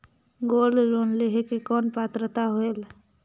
Gold loan लेहे के कौन पात्रता होएल?